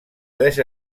tres